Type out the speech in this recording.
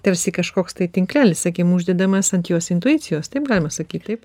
tarsi kažkoks tai tinklelis sakykim uždedamas ant jos intuicijos taip galima sakyt taip